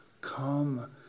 Come